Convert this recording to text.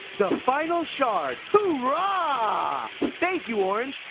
the final shard. hoo-rah! ah thank you, orange.